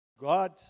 God